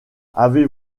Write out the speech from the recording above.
avez